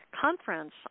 conference